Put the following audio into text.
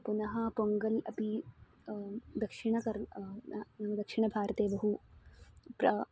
पुनः पोङ्गल् अपि दक्षिणकर् दक्षिणभारते बहु प्रा